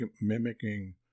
mimicking